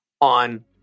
on